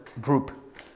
group